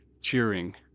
cheering